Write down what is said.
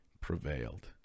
prevailed